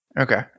Okay